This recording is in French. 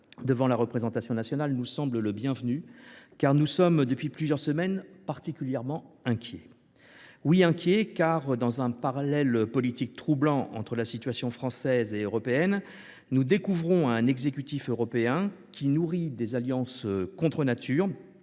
devant la représentation nationale nous semble bienvenu, car nous sommes depuis plusieurs semaines particulièrement inquiets. Oui, nous sommes inquiets, car, dans un parallèle politique troublant entre les situations française et européenne, nous découvrons un exécutif européen qui nourrit des alliances contre nature